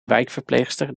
wijkverpleegster